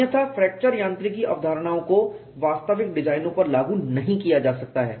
अन्यथा फ्रैक्चर यांत्रिकी अवधारणाओं को वास्तविक डिजाइनों पर लागू नहीं किया जा सकता है